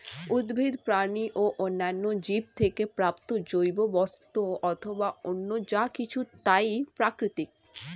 উদ্ভিদ, প্রাণী ও অন্যান্য জীব থেকে প্রাপ্ত জৈব বস্তু অথবা অন্য যা কিছু তাই প্রাকৃতিক